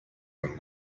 from